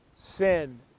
sin